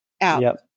out